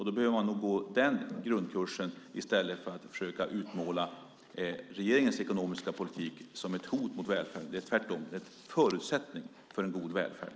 Då behöver man nog gå den grundkursen i stället för att försöka utmåla regeringens ekonomiska politik som ett hot mot välfärden. Den är tvärtom en förutsättning för en god välfärd.